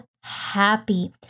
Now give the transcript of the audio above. happy